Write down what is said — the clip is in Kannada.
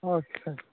ಓಕೆ ಓ